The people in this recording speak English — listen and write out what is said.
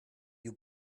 you